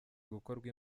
gukorwa